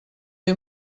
you